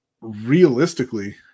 Realistically